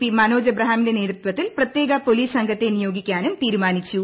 P Manoj എബ്രഹാമിന്റെ നേതൃത്വത്തിൽ പ്രത്യേക പോലീസ് സംഘത്തെ നിയോഗിക്കാനും തീരുമാനിച്ചു